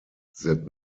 that